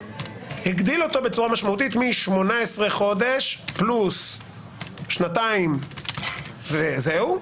הגדילו אותו בצורה משמעותית מ-18 חודשים פלוס שנתיים וזהו,